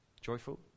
Joyful